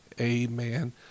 amen